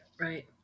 Right